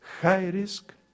high-risk